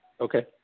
Okay